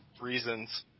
reasons